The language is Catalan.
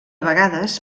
vegades